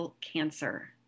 cancer